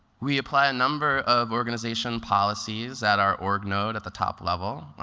we apply a number of organization policies at our org node at the top level.